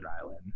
Island